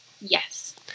yes